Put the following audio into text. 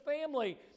family